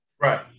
Right